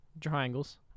Triangles